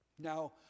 Now